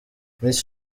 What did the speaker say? miss